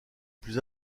plus